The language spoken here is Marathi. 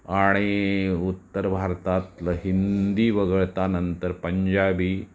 आणि उत्तर भारतातलं हिंदी वगळता नंतर पंजाबी